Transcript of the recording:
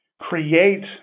create